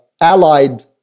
allied